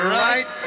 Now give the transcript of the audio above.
right